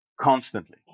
constantly